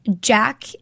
Jack